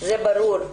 זה ברור.